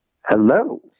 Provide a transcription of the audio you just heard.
Hello